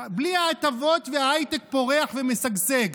בלי ההטבות ההייטק פורח ומשגשג.